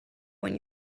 when